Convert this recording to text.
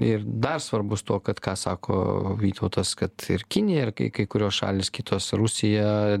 ir dar svarbus tuo kad ką sako vytautas kad ir kinija ir kai kai kurios šalys kitos rusija